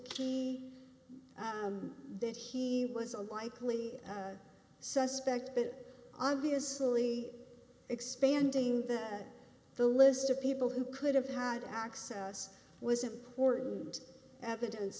key that he was a likely suspect but obviously expanding the list of people who could have had access was important evidence